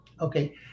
Okay